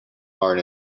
are